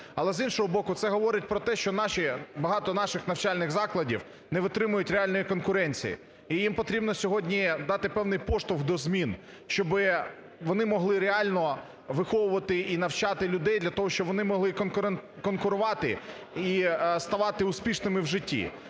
але, з іншого боку, говорить про те, що наші, багато наших навчальних закладів не витримують реальної конкуренції, і їм потрібно сьогодні дати певний поштовх до змін, щоб вони могли реально виховувати і навчати людей для того, щоб вони могли конкурувати і ставати успішними в житті.